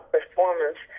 performance